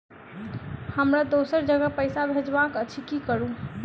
हमरा दोसर जगह पैसा भेजबाक अछि की करू?